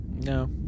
no